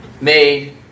made